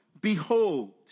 behold